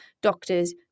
doctors